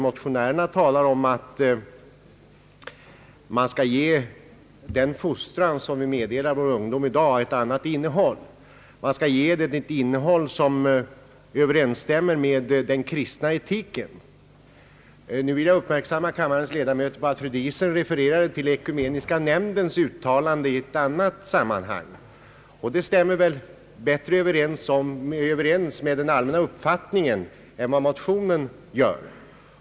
Motionärerna har talat om att man skall ge den fostran som vi i dag meddelar vår ungdom ett annat innehåll. Man skall ge den ett innehåll som överensstämmer med den kristna etiken. Jag vill uppmärksamma kammarens ledamöter på att fru Diesen refererade till ett uttalande som Ekumeniska nämnden gjort i ett annat sammanhang, och det uttalandet stämmer bättre överens med den allmänna uppfattningen än vad motionerna gör.